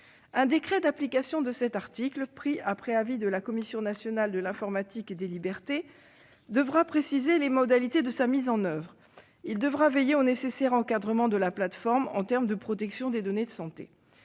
Un décret d'application de cet article, pris après avis de la Commission nationale de l'informatique et des libertés (CNIL), devra préciser les modalités de sa mise en oeuvre. Il devra veiller au nécessaire encadrement de la plateforme, au nom de la protection des données de santé.